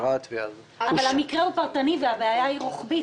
אבל המקרה הוא פרטני, והבעיה היא רוחבית.